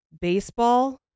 baseball